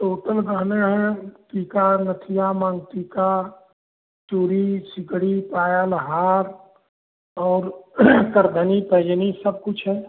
total गहने हैं टीका नथिया माँग टीका चूड़ी सिकड़ी पायल हार और करधनी पैंजनी सब कुछ है